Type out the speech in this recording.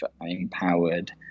empowered